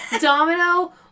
domino